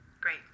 Great